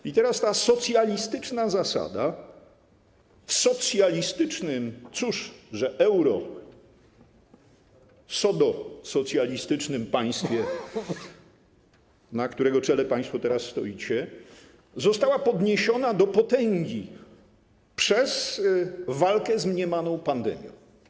I teraz ta socjalistyczna zasada w socjalistycznym - cóż, że eurosodosocjalistycznym - państwie, na którego czele państwo teraz stoicie, została podniesiona do potęgi przez walkę z mniemaną pandemią.